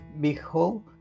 Behold